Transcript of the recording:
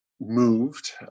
moved